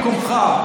שב במקומך.